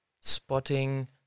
spotting